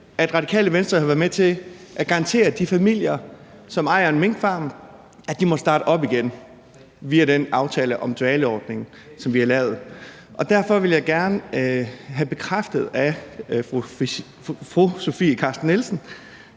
at Radikale Venstre jo har været med til at garantere de familier, som ejer en minkfarm, at de må starte op igen via den aftale om dvaleordningen, som vi har lavet. Derfor vil jeg gerne have bekræftet af fru Sofie Carsten Nielsen,